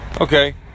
Okay